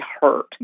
hurt